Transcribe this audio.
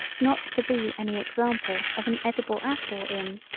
not to be any example of an edible apple in.